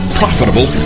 profitable